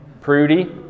prudy